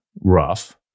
rough